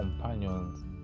companions